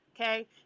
okay